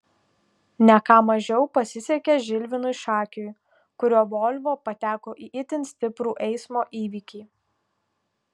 ne ką mažiau pasisekė žilvinui šakiui kurio volvo pateko į itin stiprų eismo įvykį